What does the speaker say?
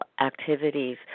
activities